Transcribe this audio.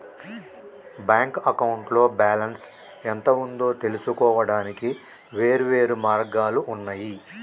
bank అకౌంట్లో balance ఎంత ఉందో తెలుసుకోవడానికి వేర్వేరు మార్గాలు ఉన్నయి